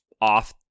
off